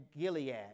Gilead